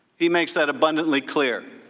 he makes that abundantly clear.